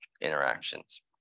interactions